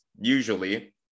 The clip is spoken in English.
usually